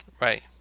Right